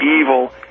evil